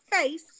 face